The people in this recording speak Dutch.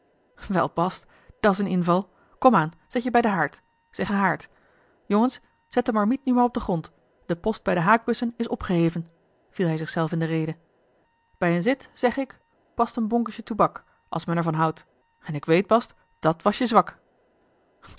bast dats een inval komaan zet je bij den haard zegge haard jongens zet de mariniet nu maar op den grond de post bij de haakbussen is opgeheven viel hij zich zelf in de rede bij een zit zegge ik past een bonkesje toeback als men er van houdt en ik weet bast dàt was je zwak